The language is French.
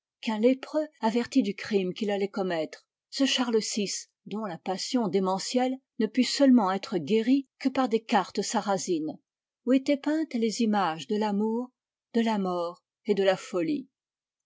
lépreux avertit du crime qu'il allait commettre ce charles vi dont la passion démentielle ne put seulement être guérie que par des cartes sarrazines où étaient peintes les images de l'amour de la mort et de la folie